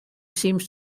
seems